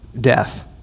death